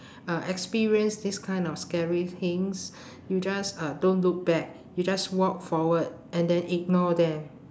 uh experience this kind of scary things you just uh don't look back you just walk forward and then ignore them